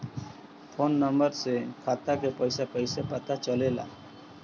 Phone number से खाता के पइसा कईसे पता चलेला?